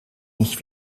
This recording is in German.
nicht